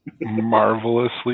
marvelously